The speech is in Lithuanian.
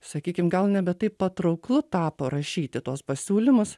sakykim gal nebe taip patrauklu tapo rašyti tuos pasiūlymus